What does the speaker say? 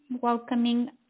welcoming